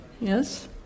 yes